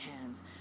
hands